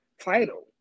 title